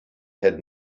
had